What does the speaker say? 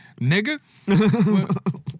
Nigga